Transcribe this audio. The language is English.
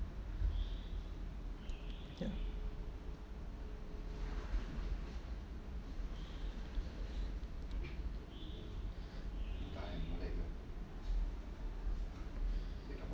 ya